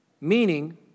meaning